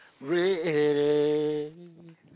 ready